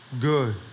good